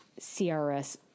CRS